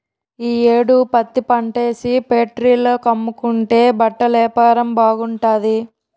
ఈ యేడు పత్తిపంటేసి ఫేట్రీల కమ్ముకుంటే బట్టలేపారం బాగుంటాది